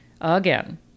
Again